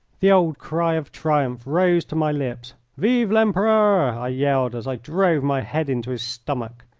the old cry of triumph rose to my lips. vive l'empereur! i yelled as i drove my head into his stomach.